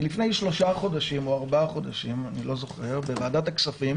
כי לפני שלושה או ארבעה חודשים בוועדת כספים